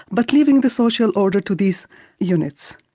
but leaving the social order to these units.